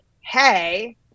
hey